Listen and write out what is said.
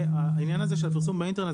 העניין הזה של הפרסום באינטרנט,